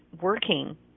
working